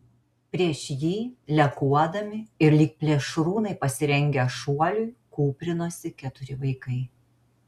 prieš jį lekuodami ir lyg plėšrūnai pasirengę šuoliui kūprinosi keturi vaikai